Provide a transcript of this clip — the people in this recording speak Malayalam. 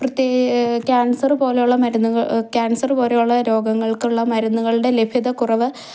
പ്രത്യേ ക്യാൻസർ പോലെയുള്ള മരുന്നുക ക്യാൻസർ പോലെയുള്ള രോഗങ്ങൾക്കുള്ള മരുന്നുകളുടെ ലഭ്യത കുറവ്